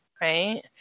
right